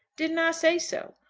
didn't i say so?